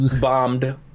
bombed